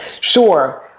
Sure